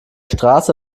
straße